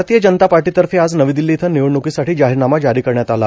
भारतीय जनता पार्टीतर्फे आज नवी दिल्ली इथं निवडण्रकीसाठी जाहीरनामा जारी करण्यात आला